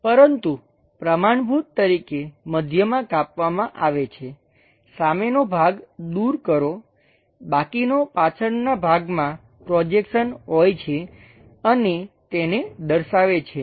1 પરંતુ પ્રમાણભૂત તરીકે મધ્યમાં કાપવામાં આવે છે સામેનો ભાગ દૂર કરો બાકીનાં પાછળનાં ભાગમાં પ્રોજેક્શન હોય છે અને તેને દર્શાવે છે